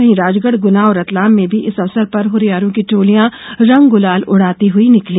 वहीं राजगढ़ गुना और रतलाम में भी इस अवसर पर हुरियारों की टोलियां रंग गुलाल उड़ाती हुई निकली